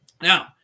Now